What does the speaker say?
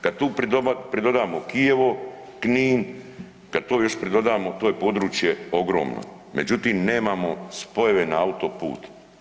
Kad tu pridodamo Kijevo, Knin, kad tu još pridodamo, to je područje ogromno međutim nemamo spojeve na autoput.